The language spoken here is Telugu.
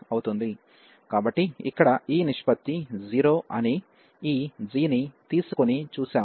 కాబట్టి ఇక్కడ ఈ నిష్పత్తి 0 అని ఈ g ని తీసుకొని చూశాము